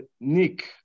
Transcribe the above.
Nick